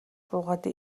буугаад